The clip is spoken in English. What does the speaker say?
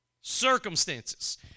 circumstances